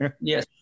Yes